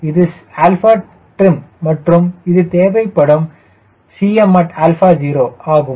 இது trim மற்றும் இது தேவைப்படும் at 0 ஆகும்